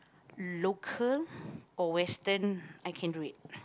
local or western I can do it